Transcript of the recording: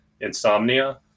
insomnia